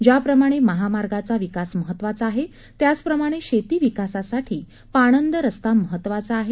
ज्याप्रमाणे महामार्ग महत्त्वाचा आहे त्याचप्रमाणे शेती विकासासाठी पाणंद रस्ता महत्वाचा आहे